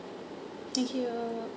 thank you